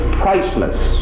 priceless